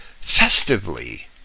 festively